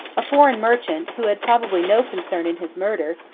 a foreign merchant, who had probably no concern in his murder,